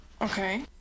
okay